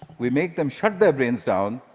we make them shut their brains down,